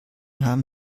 haben